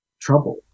trouble